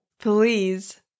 Please